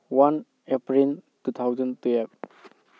one April two thousand twelve